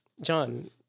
John